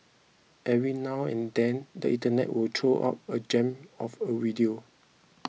every now and then the internet will throw up a gem of a video